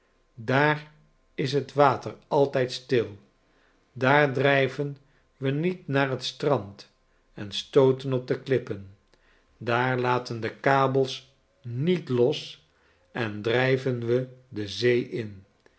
daar is t water altijd stil daar dry ven wenietnair t strand en stooten op klippen daar laten de kabels niet los en drij ven we de zee in